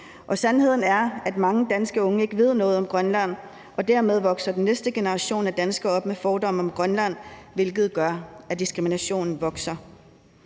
og sandheden er, at mange danske unge ikke ved noget om Grønland, og dermed vokser den næste generation af danskere op med fordomme om Grønland, hvilket gør, at diskriminationen vokser.